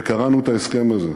וקראנו את ההסכם הזה הלילה.